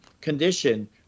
condition